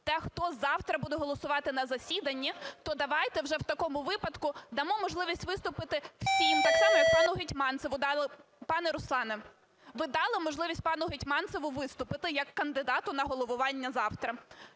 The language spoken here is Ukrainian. те, хто завтра буде голосувати на засіданні, то давайте вже в такому випадку дамо можливість виступити всім, так само, як пану Гетманцеву. Пане Руслане, ви дали можливість пану Гетманцеву виступити як кандидату на головування завтра.